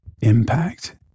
impact